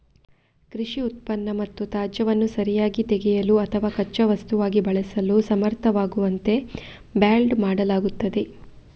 ಕೃಷಿ ಉತ್ಪನ್ನ ಮತ್ತು ತ್ಯಾಜ್ಯವನ್ನು ಸರಿಯಾಗಿ ತೆಗೆಯಲು ಅಥವಾ ಕಚ್ಚಾ ವಸ್ತುವಾಗಿ ಬಳಸಲು ಸಮರ್ಥವಾಗುವಂತೆ ಬ್ಯಾಲ್ಡ್ ಮಾಡಲಾಗುತ್ತದೆ